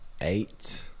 eight